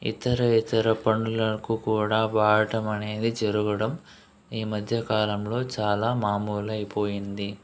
ఇతర ఇతర పనులకు కూడా వాడటం అనేది జరగడం ఈ మధ్యకాలంలో చాలా మామూలు అయిపోయింది